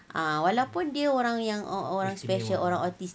ah walaupun dia orang yang o~ orang yang special orang autistic